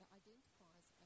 identifies